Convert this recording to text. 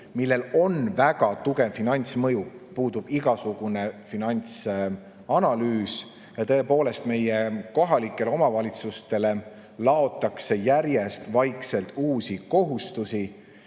millel on väga tugev finantsmõju, puudub igasugune finantsanalüüs. Tõepoolest, meie kohalikele omavalitsustele laotakse vaikselt järjest uusi kohustusi,